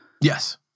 Yes